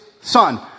son